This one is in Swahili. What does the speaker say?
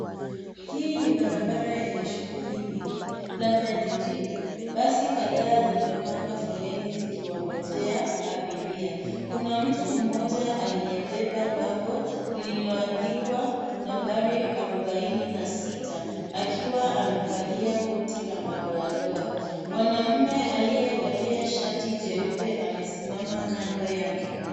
Hii ni barabara yenye shughuli nyingi labda jijini. Basi kadhaa zimepanga foleni zikiwangojea abiria. Kuna mtu mmoja aliyebeba bango lililoandikwa nambari arubaini na sita akiwa amevalia koti la madoadoa. Mwanaume aliyevalia shati jeupe amesimama kando yake.